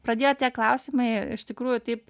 pradėjo tie klausimai iš tikrųjų taip